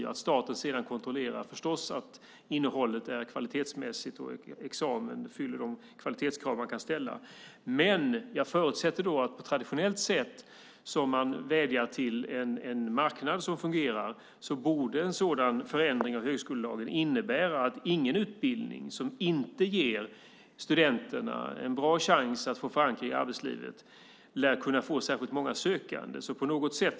Staten ska sedan förstås kontrollera att innehållet är kvalitetsmässigt och att examen fyller de kvalitetskrav man kan ställa. Jag förutsätter att man på traditionellt sätt vädjar till en marknad som fungerar. En sådan förändring av högskolelagen borde innebära att en utbildning som inte ger studenterna en bra chans att få förankring i arbetslivet lär kunna få särskilt många sökande.